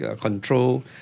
control